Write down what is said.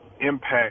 impact